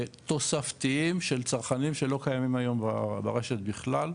תוספתיים של צרכנים שלא קיימים היום ברשת בכלל,